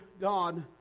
God